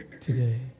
today